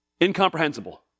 incomprehensible